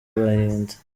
agahinda